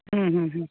ᱦᱮᱸ ᱦᱮᱸ ᱦᱮᱸᱻ